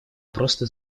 просто